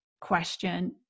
question